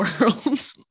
world